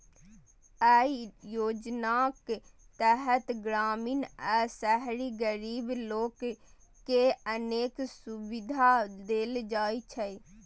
अय योजनाक तहत ग्रामीण आ शहरी गरीब लोक कें अनेक सुविधा देल जाइ छै